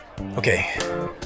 Okay